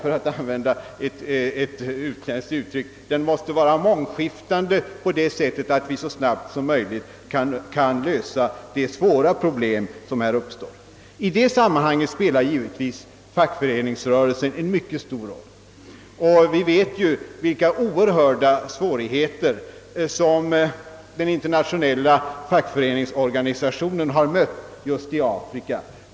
Den måste med andra ord vara så mångskiftande, att vi snabbt kan lösa de svåra problem som uppstår. I det sammanhanget spelar givetvis fackföreningsrörelsen en mycket stor roll. Vi vet vilka oerhörda svårigheter som den internationella fackföreningsorganisationen har mött just i Afrika.